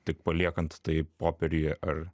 tik paliekant tai popieriuje ar